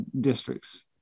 districts